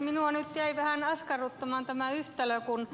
minua nyt jäi vähän askarruttamaan tämä yhtälö kun